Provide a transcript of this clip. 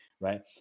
right